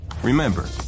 Remember